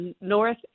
north